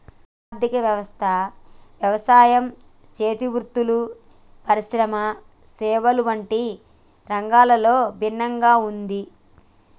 భారత ఆర్థిక వ్యవస్థ యవసాయం సేతి వృత్తులు, పరిశ్రమల సేవల వంటి రంగాలతో ఇభిన్నంగా ఉంది